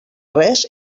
res